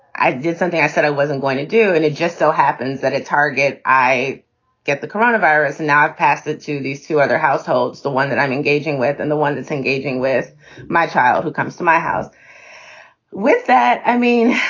i did something i said i wasn't going to do. and it just so happens that a target i get the coronavirus, not to these two other households, the one that i'm engaging with and the one that engaging with my child who comes to my house with that. i mean,